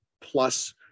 plus